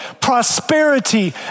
prosperity